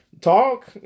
talk